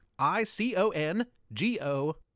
I-C-O-N-G-O